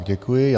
Děkuji.